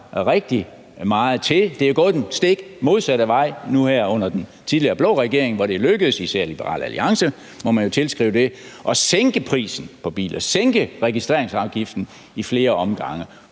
rigtig meget til. Det er jo gået den stik modsatte vej nu her under den tidligere blå regering, hvor det jo lykkedes især Liberal Alliance – må man jo tilskrive det – at sænke prisen på biler, sænke registreringsafgiften i flere omgange,